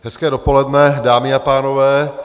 Hezké dopoledne, dámy a pánové.